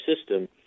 system